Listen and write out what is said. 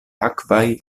akvaj